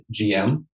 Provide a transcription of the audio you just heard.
GM